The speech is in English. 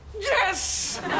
Yes